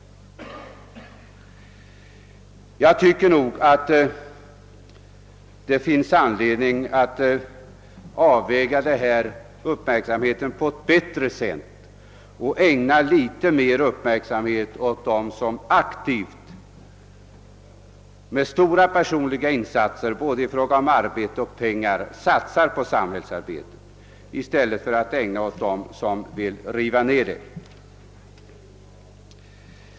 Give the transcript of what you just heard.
Jag tycker nog att det finns anledning att göra avvägningen på ett bättre sätt och ägna litet större uppmärksamhet åt dem som aktivt med stora personliga insatser både i fråga om pengar och arbete satsar på samhällsarbetet i stället för att ägna så mycken uppmärksamhet åt dem som river ned.